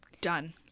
done